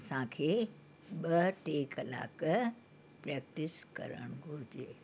असांखे ॿ टे कलाक प्रैक्टिस करणु घुरिजे